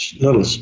little